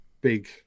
big